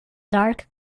dark